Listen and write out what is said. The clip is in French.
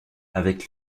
avec